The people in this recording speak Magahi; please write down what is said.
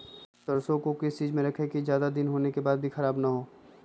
सरसो को किस चीज में रखे की ज्यादा दिन होने के बाद भी ख़राब ना हो?